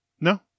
No